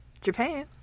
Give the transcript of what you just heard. Japan